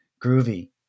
Groovy